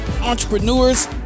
entrepreneurs